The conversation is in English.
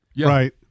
Right